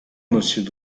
monsieur